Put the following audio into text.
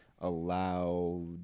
allowed